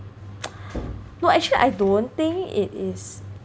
no actually I don't think it is